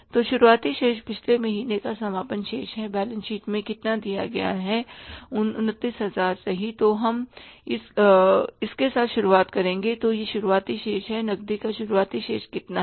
तो शुरुआती शेष पिछले महीनों का समापन शेष है बैलेंस शीट में कितना दिया गया है 29000 सही तो हम इसके साथ शुरुआत करेंगे तो यह शुरुआती शेष है नकदी का शुरुआती शेष कितना है